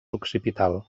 occipital